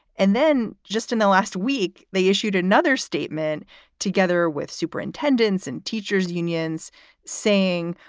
and then just in the last week, they issued another statement together with superintendents and teachers' unions saying,